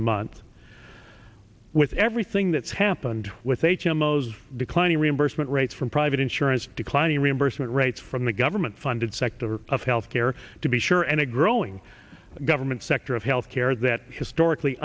the month with everything that's happened with h m o s declining reimbursement rates from private insurance declining reimbursement rates from the government funded sector of health care to be sure and a growing government sector of health care that historically